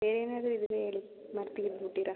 ಬೇರೇನಾದರೂ ಇದ್ದರೆ ಹೇಳಿ ಮರೆತು ಗಿರ್ತು ಬಿಟ್ಟೀರಾ